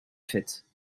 faite